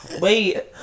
Wait